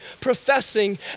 professing